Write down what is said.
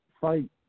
fight